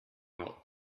not